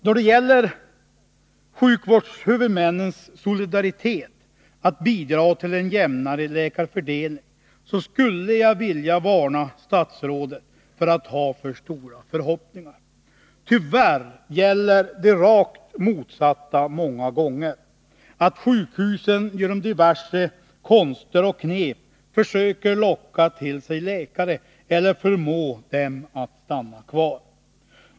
Då det gäller sjukvårdshuvudmännens solidaritet i strävandena att bidra till en jämnare läkarfördelning skulle jag vilja varna statsrådet för att ha för stora förhoppningar. Tyvärr gäller det rakt motsatta många gånger — att sjukhusen genom diverse konster och knep försöker locka till sig läkare, eller förmå dem att stanna kvar.